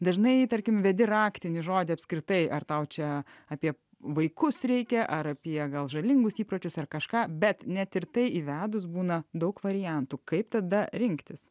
dažnai tarkim vedi raktinį žodį apskritai ar tau čia apie vaikus reikia ar apie gal žalingus įpročius ar kažką bet net ir tai įvedus būna daug variantų kaip tada rinktis